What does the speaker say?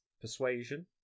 persuasion